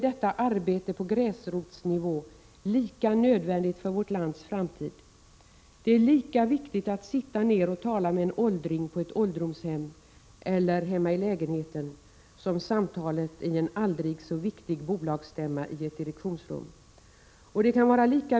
Det gäller t.ex. information om arbetets innehåll och möjligheter till allmänheten, arbetsförmedlare, syo-konsulenter, elever, lärare, etc.